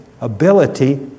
ability